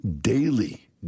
daily